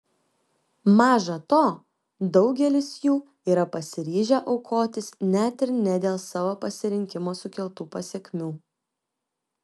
maža to daugelis jų yra pasiryžę aukotis net ir ne dėl savo pasirinkimo sukeltų pasekmių